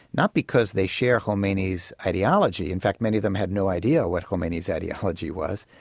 not because they share khomeini's ideology, in fact many of them had no idea what khomeini's ideology was,